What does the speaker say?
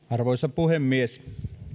arvoisa puhemies